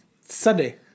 Sunday